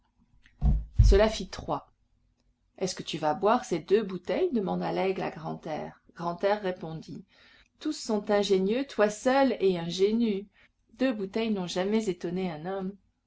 cela fit trois est-ce que tu vas boire ces deux bouteilles demanda laigle à grantaire grantaire répondit tous sont ingénieux toi seul es ingénu deux bouteilles n'ont jamais étonné un homme